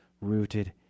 rooted